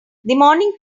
morning